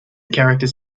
characters